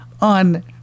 On